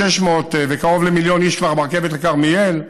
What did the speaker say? וקרוב למיליון איש כבר ברכבת לכרמיאל,